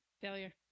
failure